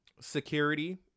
Security